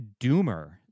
doomer